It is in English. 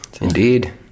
indeed